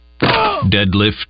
deadlift